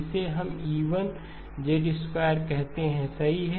इसे हम E1 कहते हैं सही हैं